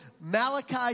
Malachi